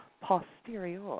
posterior